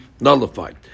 nullified